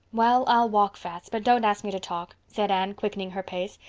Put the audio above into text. well, i'll walk fast but don't ask me to talk, said anne, quickening her pace.